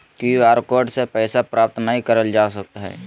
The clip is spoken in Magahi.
क्यू आर कोड से पैसा प्राप्त नयय करल जा हइ